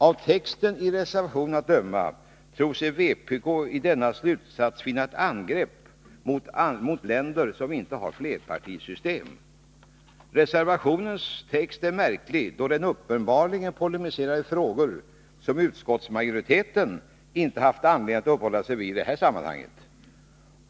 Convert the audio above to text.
Av texten i reservationen att döma tror sig vpk i denna slutsats finna ett angrepp mot länder som inte har flerpartisystem. Reservationens text är märklig, då den uppenbarligen polemiserar i frågor som utskottsmajoriteten inte haft anledning att uppehålla sig vid i detta sammanhang.